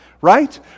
Right